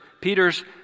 Peter's